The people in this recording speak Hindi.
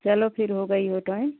चलो फिर हो गई हो तो आएँ